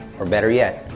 or better yet,